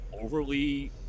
overly